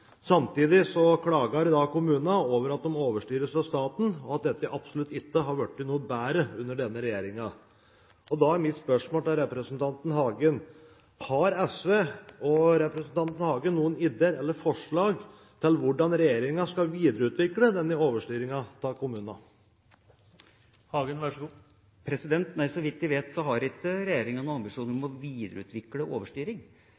Samtidig klager i dag kommunene over at de overstyres av staten, og at dette absolutt ikke har blitt noe bedre under denne regjeringen. Da er mitt spørsmål til representanten Hagen: Har SV og representanten Hagen noen ideer eller forslag til hvordan regjeringen skal videreutvikle denne overstyringen av kommunene? Nei, så vidt jeg vet, har ikke regjeringa noen ambisjon om å videreutvikle overstyring.